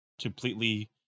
completely